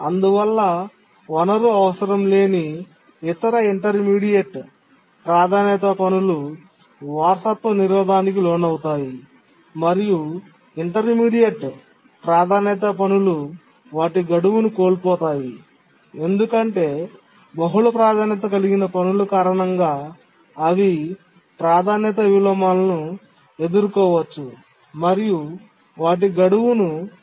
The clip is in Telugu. అందువల్ల వనరు అవసరం లేని ఇతర ఇంటర్మీడియట్ ప్రాధాన్యతా పనులు వారసత్వ నిరోధానికి లోనవుతాయి మరియు ఇంటర్మీడియట్ ప్రాధాన్యతా పనులు వాటి గడువును కోల్పోతాయి ఎందుకంటే బహుళ ప్రాధాన్యత కలిగిన పనుల కారణంగా అవి ప్రాధాన్యత విలోమాలను ఎదుర్కోవచ్చు మరియు వాటి గడువును కోల్పోవచ్చు